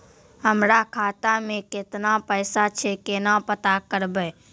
हमरा खाता मे केतना पैसा छै, केना पता करबै?